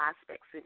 aspects